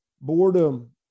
boredom